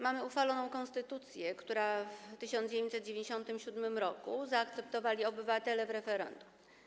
Mamy uchwaloną konstytucję, którą w 1997 r. zaakceptowali obywatele w referendum.